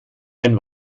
ein